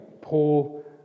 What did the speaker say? Paul